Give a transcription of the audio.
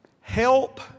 help